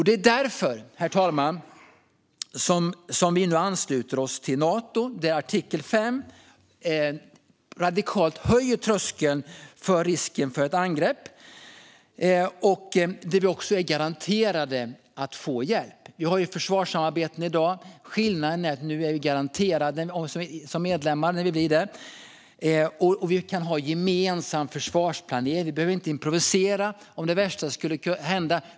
Det är därför vi nu ansluter oss till Nato, herr talman, där artikel 5 radikalt höjer tröskeln för risken för ett angrepp och där vi också är garanterade att få hjälp. Vi har ju försvarssamarbeten i dag, men skillnaden är att vi som medlemmar - när vi blir det - är garanterade hjälp. Vi kan också ha en gemensam försvarsplanering och behöver inte improvisera om det värsta skulle hända.